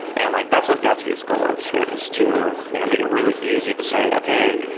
and like that's what's gatsby's goal is here, is to you know make it really easy to say, okay.